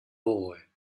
boy